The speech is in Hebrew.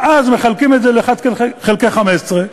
ואז מחלקים את זה ל-1 חלקי 15,